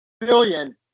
Billion